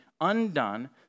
undone